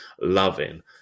loving